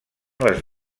les